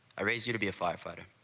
i raise you to be a firefighter